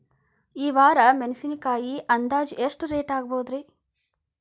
ಈ ವಾರ ಮೆಣಸಿನಕಾಯಿ ಅಂದಾಜ್ ಎಷ್ಟ ರೇಟ್ ಆಗಬಹುದ್ರೇ?